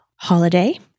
Holiday